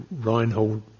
Reinhold